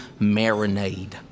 marinade